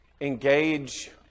engage